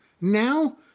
Now